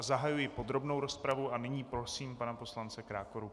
Zahajuji podrobnou rozpravu a nyní prosím pana poslance Krákoru.